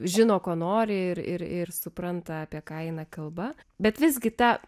žino ko nori ir ir supranta apie kainą kalba bet visgi ta